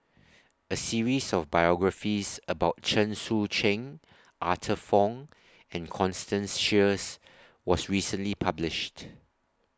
A series of biographies about Chen Sucheng Arthur Fong and Constance Sheares was recently published